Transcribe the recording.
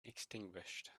extinguished